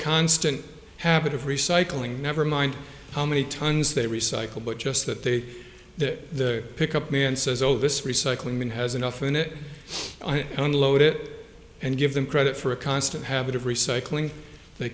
constant habit of recycling never mind how many tons they recycle but just that they that pick up me and says oh this recycling bin has enough in it i don't load it and give them credit for a constant habit of recycling they